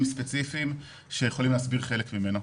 ספציפיים שיכולים להסביר חלק ממנו.